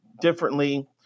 differently